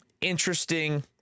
Interesting